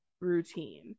routine